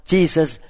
Jesus